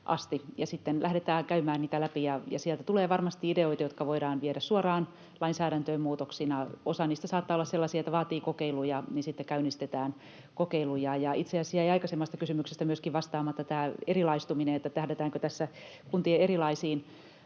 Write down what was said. ja sitten lähdetään käymään niitä läpi. Sieltä tulee varmasti ideoita, jotka voidaan viedä suoraan lainsäädäntöön muutoksina. Osa niistä saattaa olla sellaisia, että vaativat kokeiluja, ja sitten käynnistetään kokeiluja. Itse asiassa jäi aikaisemmista kysymyksistä myöskin vastaamatta tämä erilaistuminen, että tähdätäänkö tässä kuntien erilaisiin